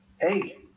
Hey